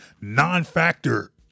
non-factor